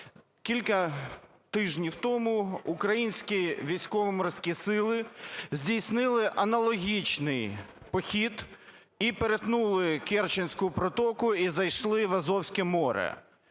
кілька тижнів тому українські Військово-Морські Сили здійснили аналогічний похід і перетнули Керченську протоку і зайшли в Азовське море.